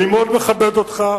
אני מאוד מכבד אותך,